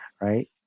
Right